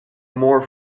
more